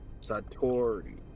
Satori